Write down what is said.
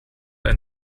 ein